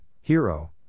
Hero